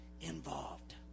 involved